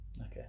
Okay